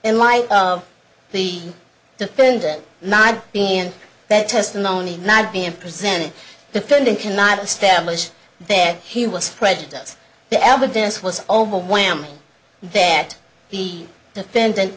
in light of the defendant not being in that testimony not being presented defendant cannot establish that he was prejudiced the evidence was overwhelming that the defendant